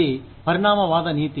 అది పరిణామవాద నీతి